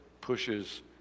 pushes